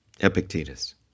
Epictetus